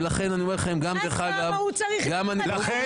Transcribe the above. ולכן אני אומר לכם --- למה הוא צריך להיות